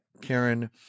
Karen